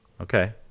Okay